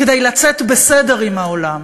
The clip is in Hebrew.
כדי לצאת בסדר עם העולם,